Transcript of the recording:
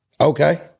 Okay